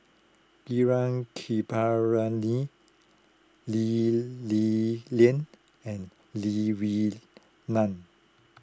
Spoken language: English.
Gaurav Kripalani Lee Li Lian and Lee Wee Nam